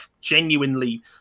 genuinely